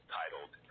titled